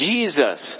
Jesus